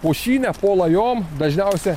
pušyne po lajom dažniausia